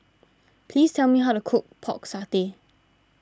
please tell me how to cook Pork Satay